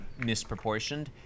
misproportioned